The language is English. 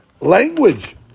language